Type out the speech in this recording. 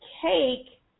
cake